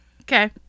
Okay